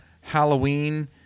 Halloween